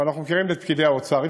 אבל אנחנו מכירים את פקידי האוצר,